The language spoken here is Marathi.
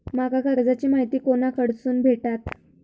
माका कर्जाची माहिती कोणाकडसून भेटात?